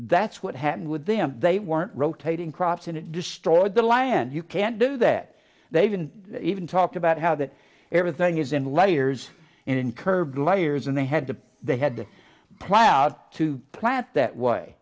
that's what happened with them they weren't rotating crops and it destroyed the land you can't do that they didn't even talk about how that everything is in layers in curved layers and they had to they had plowed to plant that way